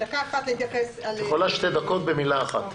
בדקה אחת להתייחס --- את יכולה שתי דקות במילה אחת.